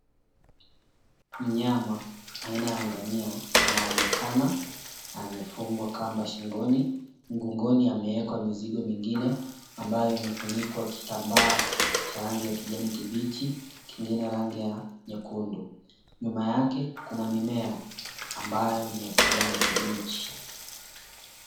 Mnyama, aina ya ngamia anaonekana amefungwa kamba shingoni, mgongoni amewekwa mizigo mingine ambayo imefunikwa kitamba cha rangi ya kijani kibichi, kingine rangi ya nyekundu, nyuma yake kuna mimea ambayo ni ya kijani kibichi.